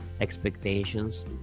expectations